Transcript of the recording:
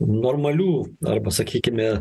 normalių arba sakykime